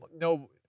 no